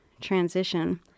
transition